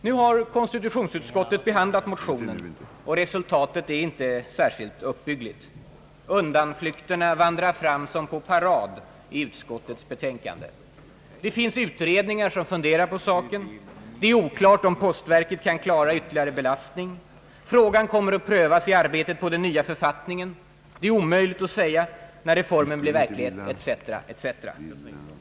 Nu har konstitutionsutskottet behandlat motionen, och resultatet är inte särskilt uppbyggligt. Undanflykterna vandrar fram som på parad i utskottets utlåtande. Det finns utredningar som funderar på saken, det är oklart om postverket kan klara ytterligare belastning, frågan kommer att prövas i arbetet på den nya författningen, det är omöjligt att säga när reformen blir verklighet etc., etc.